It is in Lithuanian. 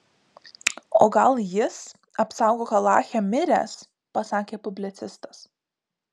o gal jis apsaugok alache miręs pasakė publicistas